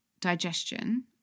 digestion